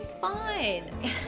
fine